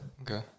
Okay